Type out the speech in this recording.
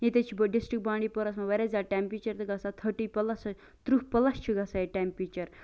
ییٚتہِ حظ چھُ ڈِسٹرک بانڈی پورہَس مَنٛز واریاہ زیاد ٹیٚمپیچر تہِ گَژھان تھٔٹی پلس ترٕہ پلس چھ گَژھان ییٚتہِ ٹیٚمپیچر